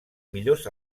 millors